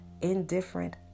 indifferent